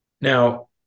now